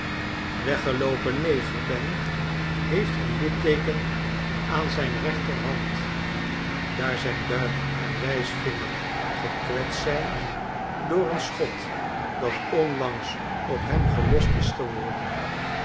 weggeloopen neger ben heeft een litteeken aan zijn rechterhand daar zijn duim en wijsvinger gekwetst zijn door een schot dat onlangs op hem gelost is geworden